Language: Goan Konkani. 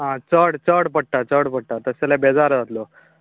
आं चड चड पडटा चड पडटा तशें जाल्यार बेजार जातलो